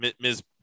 Ms